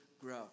grow